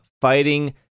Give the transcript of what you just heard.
fighting